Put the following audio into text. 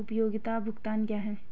उपयोगिता भुगतान क्या हैं?